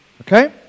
Okay